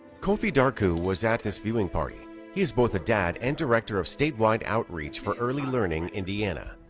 kofi darku was at this viewing party. he is both a dad and director of statewide outreach for early learning indiana.